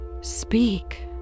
Speak